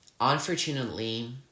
Unfortunately